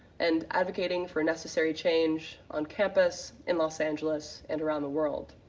and advocating for necessary change on campus, in los angeles, and around the world.